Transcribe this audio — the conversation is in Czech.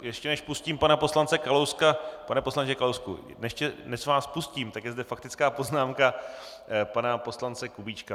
Ještě než pustím pana poslance Kalouska, pane poslanče Kalousku, ještě než vás pustím, tak je zde faktická poznámka pana poslance Kubíčka.